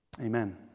Amen